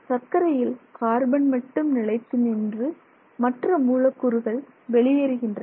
சர்க்கரையில் carbon மட்டும் நிலைத்து நின்று மற்ற மூலக்கூறுகள் வெளியேறுகின்றன